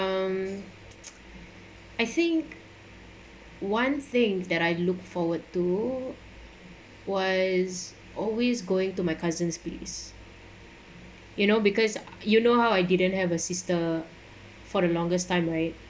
um I think one thing that I look forward to was always going to my cousins place you know because you know how I didn't have a sister for the longest time right